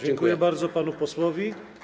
Dziękuję bardzo panu posłowi.